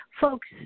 Folks